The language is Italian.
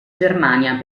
germania